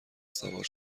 سوار